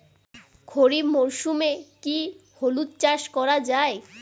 খরিফ মরশুমে কি হলুদ চাস করা য়ায়?